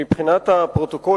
מבחינת הפרוטוקול,